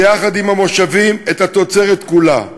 ויחד עם המושבים, את התוצרת כולה.